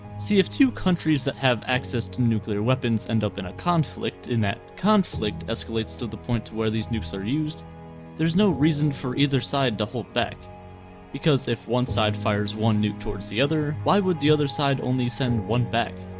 see if two countries that have access to nuclear weapons end up in a conflict in that conflict escalates to the point to where these nukes are used there's no reason for either side to hold back because if one side fires one nuke towards the other why would the other side only send one back?